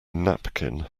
napkin